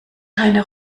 keine